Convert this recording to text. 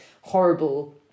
horrible